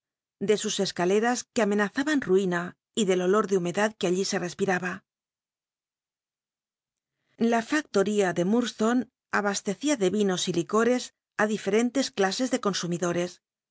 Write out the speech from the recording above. de sus c c rlcr ne amenazaban ruina y del olor de humedad qur allí e rcsliraba j a facto ría el mu l'lblonc abaslccia de yinos y licores i difcrcnlcs clases de consumidores